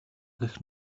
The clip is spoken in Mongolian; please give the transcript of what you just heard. гэх